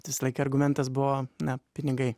bet visą laiką argumentas buvo ne pinigai